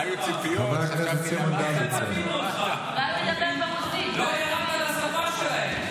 אמרת שתדבר בשפה שלהם, ולא ירדת לשפה הזאת.